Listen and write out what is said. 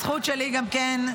הזכות שלי גם כן,